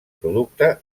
producte